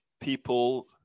people